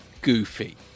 goofy